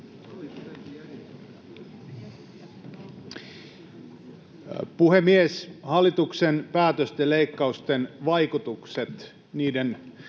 Puhemies! Hallituksen päätösten, leikkausten, vaikutukset alkavat